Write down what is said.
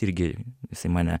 irgi jisai mane